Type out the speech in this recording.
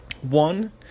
One